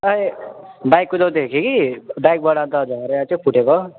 by bike कुदाउँदै थिएँ कि बाइकबाट अनि त झरेर चाहिँ फुटेको